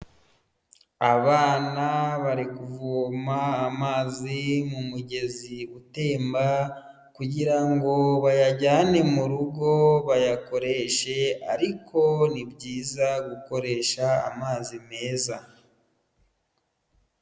Abana bari kuvoma amazi mu mugezi utemba, kugira ngo bayajyane mu rugo bayakoreshe, ariko ni byiza gukoresha amazi meza.